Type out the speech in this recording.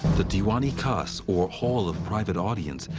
the diwn-i-khas, or hall of private audience,